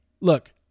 look